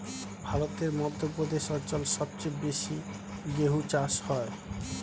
ভারতের মধ্য প্রদেশ অঞ্চল সবচেয়ে বেশি গেহু চাষ হয়